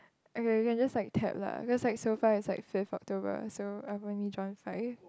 aiyah you can just like tab lah because so far it's like fifth October so I have only drawn five